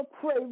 pray